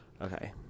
Okay